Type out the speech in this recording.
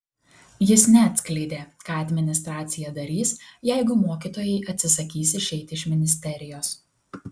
jis neatskleidė ką administracija darys jeigu mokytojai atsisakys išeiti iš ministerijos